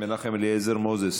מנחם אליעזר מוזס,